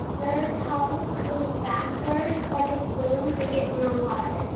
their tongues move backwards like a spoon to get more water.